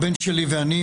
הבן שלי ואני.